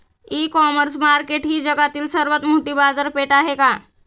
इ commerce market ही जगातील सर्वात मोठी बाजारपेठ आहे का?